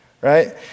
right